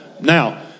Now